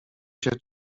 się